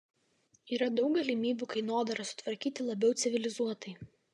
yra daug galimybių kainodarą sutvarkyti labiau civilizuotai